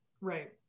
right